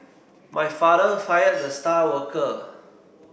my father fired the star worker